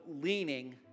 leaning